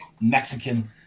Mexican